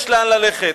יש לאן ללכת.